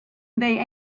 they